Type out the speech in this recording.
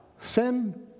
Sin